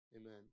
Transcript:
amen